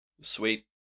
Sweet